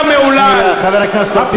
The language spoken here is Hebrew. חבר הכנסת רוזנטל.